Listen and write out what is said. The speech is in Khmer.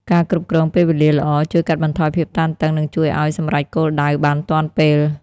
ការគ្រប់គ្រងពេលវេលាល្អជួយកាត់បន្ថយភាពតានតឹងនិងជួយឱ្យសម្រេចគោលដៅបានទាន់ពេល។